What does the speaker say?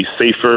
safer